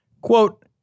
Quote